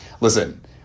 Listen